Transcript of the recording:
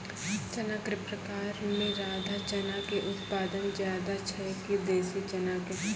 चना के प्रकार मे राधा चना के उत्पादन ज्यादा छै कि देसी चना के?